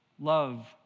love